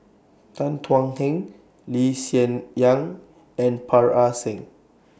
Tan Thuan Heng Lee Hsien Yang and Parga Singh